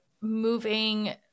moving –